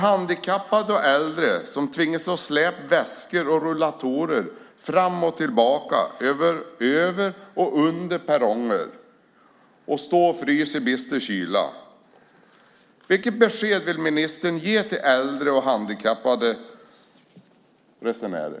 Handikappade och äldre tvingas släpa väskor och dra rullatorer fram och tillbaka över och under perronger och tvingas stå där och frysa i bister kyla. Vilket besked vill ministern ge till äldre och handikappade resenärer?